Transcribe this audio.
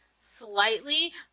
slightly